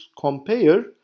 compare